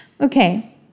Okay